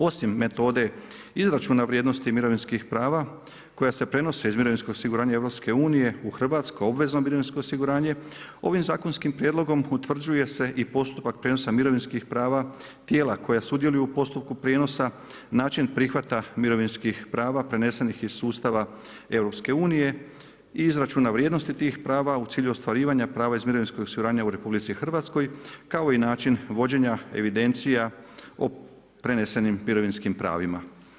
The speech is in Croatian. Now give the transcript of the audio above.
Osim metode izračuna vrijednosti mirovinskih prava koja se prenose iz mirovinskog osiguranja i EU u hrvatsko u obvezno mirovinsko osiguranje ovim zakonskim prijedlogom utvrđuje se i postupak prijenosa mirovinskih prava tijela koja sudjeluju u postupku prijenosa, način prihvata mirovinskih prava prenesenih iz sustava EU i izračuna vrijednosti tih prava u cilju ostvarivanja prava iz mirovinskog osiguranja u RH kao i način vođenja evidencija o prenesenim mirovinskim pravima.